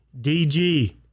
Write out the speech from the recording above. dg